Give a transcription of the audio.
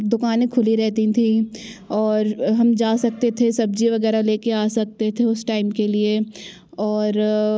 दुकानें खुली रहती थी और हम जा सकते थे सब्जी वगैरह ले कर आ सकते थे उस टाइम के लिए और